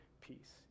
peace